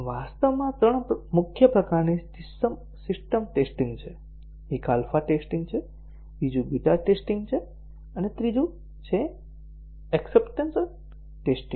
વાસ્તવમાં ત્રણ મુખ્ય પ્રકારની સિસ્ટમ ટેસ્ટિંગ છે એક આલ્ફા ટેસ્ટિંગ છે બીજું બીટા ટેસ્ટિંગ છે અને ત્રીજું છે એક્ષપ્ટન્સ ટેસ્ટીંગ